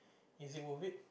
is it worth it